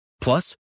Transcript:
Plus